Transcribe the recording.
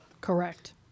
Correct